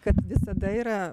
kad visada yra